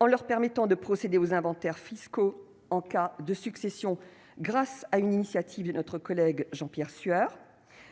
en leur permettant de procéder aux inventaires fiscaux en cas de succession, grâce à une initiative de Jean-Pierre Sueur,